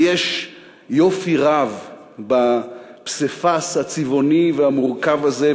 ויש יופי רב בפסיפס הצבעוני והמורכב הזה,